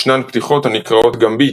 ישנן פתיחות הנקראות גמביט,